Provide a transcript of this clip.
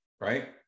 Right